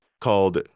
called